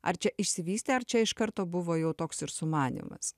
ar čia išsivystė ar čia iš karto buvo jau toks ir sumanymas